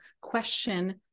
question